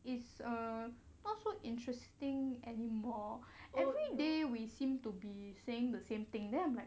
is a not so interesting anymore everyday we seem to be saying the same thing then I'm like